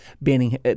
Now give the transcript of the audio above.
banning –